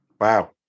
Wow